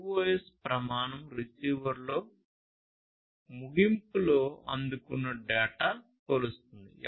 QoS ప్రమాణం receiver ముగింపులో అందుకున్న డేటా కొలుస్తుంది